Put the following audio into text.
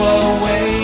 away